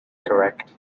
correct